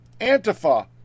Antifa